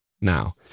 now